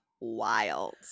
wild